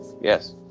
yes